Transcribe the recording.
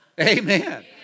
Amen